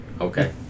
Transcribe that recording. Okay